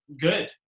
good